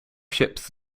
ships